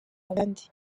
abandi